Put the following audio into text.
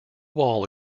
wall